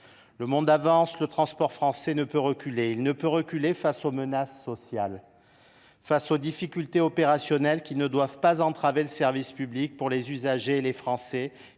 Le monde avance, le transport français ne peut reculer ! Il ne peut reculer face aux menaces sociales, face aux difficultés opérationnelles qui ne doivent pas entraver le service public pour les usagers et pour les Français,